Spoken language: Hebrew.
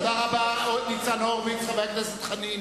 תודה רבה, חבר הכנסת ניצן הורוביץ.